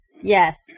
yes